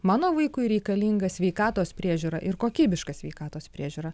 mano vaikui reikalinga sveikatos priežiūra ir kokybiška sveikatos priežiūra